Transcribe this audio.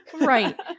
Right